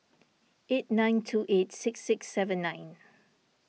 eight nine two eight six six seven nine